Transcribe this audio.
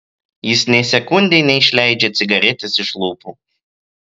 jis nė sekundei neišleidžia cigaretės iš lūpų